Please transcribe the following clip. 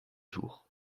jours